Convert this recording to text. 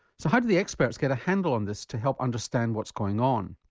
so how do the experts get a handle on this to help understand what's going on?